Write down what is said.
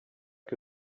que